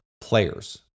players